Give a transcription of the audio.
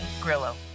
Grillo